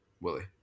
Willie